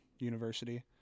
University